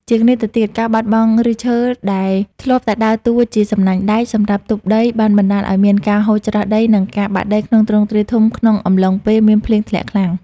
ជាងនេះទៅទៀត ការបាត់បង់ឫសឈើដែលធ្លាប់តែដើរតួជា សំណាញ់ដែក សម្រាប់ទប់ដី បានបណ្ដាលឱ្យមានការហូរច្រោះដី និងការបាក់ដីក្នុងទ្រង់ទ្រាយធំក្នុងកំឡុងពេលមានភ្លៀងធ្លាក់ខ្លាំង។